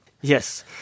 Yes